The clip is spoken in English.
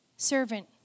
servant